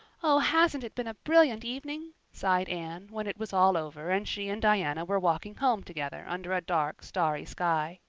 oh, hasn't it been a brilliant evening? sighed anne, when it was all over and she and diana were walking home together under a dark, starry sky.